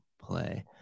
play